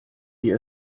wir